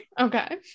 Okay